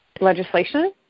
legislation